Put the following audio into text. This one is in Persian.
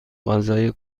غذای